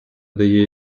дає